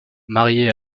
mariée